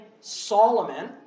Solomon